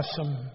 awesome